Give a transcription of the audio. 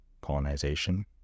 colonization